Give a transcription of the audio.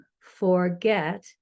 forget